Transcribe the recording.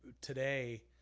today